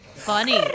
funny